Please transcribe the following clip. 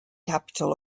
capital